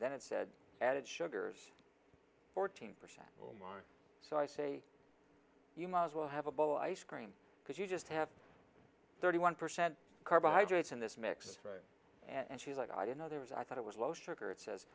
then it said added sugars fourteen percent or mine so i say you might as well have a ball ice cream because you just have thirty one percent carbohydrates in this mix and she's like i didn't know there was i thought it was low sugar it